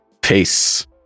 Peace